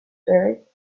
earth